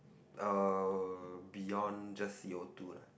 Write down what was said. uh beyond just C_O-two lah